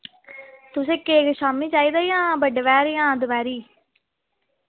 तुसें केक शाम्मी चाहिदा जां बड्डे पैह्र जां दपैह्री